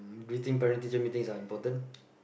do you think parent teaching meetings are important